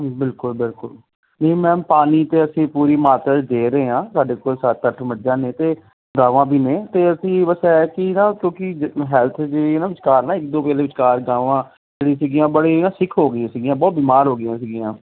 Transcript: ਬਿਲਕੁਲ ਬਿਲਕੁਲ ਨਹੀਂ ਮੈਮ ਪਾਣੀ ਤਾਂ ਅਸੀਂ ਪੂਰੀ ਮਾਤਰਾ 'ਚ ਦੇ ਰਹੇ ਹਾਂ ਸਾਡੇ ਕੋਲ ਸੱਤ ਅੱਠ ਮੱਝਾਂ ਨੇ ਅਤੇ ਗਾਵਾਂ ਵੀ ਨੇ ਅਤੇ ਅਸੀਂ ਬਸ ਐਤਕੀਂ ਨਾ ਕਿਉਂਕਿ ਹੈਲਥ ਜਿਹੀ ਨਾ ਵਿਚਕਾਰ ਨਾ ਇੱਕ ਦੋ ਵੇਲੇ ਵਿਚਕਾਰ ਗਾਵਾਂ ਜਿਹੜੀ ਸੀਗੀਆਂ ਬੜੀਆਂ ਸਿੱਕ ਹੋ ਗਈਆਂ ਸੀਗੀਆਂ ਬਹੁਤ ਬਿਮਾਰ ਹੋ ਗਈਆਂ ਸੀਗੀਆਂ